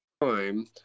time